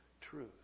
truth